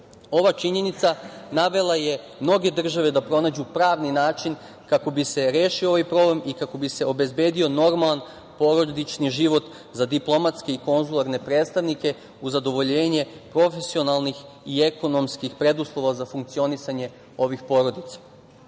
činjenica navela je mnoge države da pronađu pravni način kako bi se rešio ovaj problem i kako bi se obezbedio normalan porodični život za diplomatske i konzularne predstavnike, uz zadovoljenje profesionalnih i ekonomskih preduslova za funkcionisanje ovih porodica. Ovaj